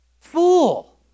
fool